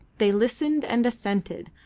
they listened and assented,